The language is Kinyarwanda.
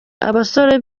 abasore